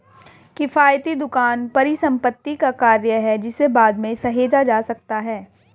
किफ़ायती दुकान परिसंपत्ति का कार्य है जिसे बाद में सहेजा जा सकता है